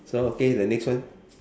so okay the next one